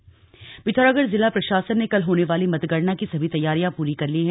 मतगणना तैयारी पिथौरागढ़ जिला प्रशासन ने कल होने वाली मतगणना की सभी तैयारियां पूरी कर ली है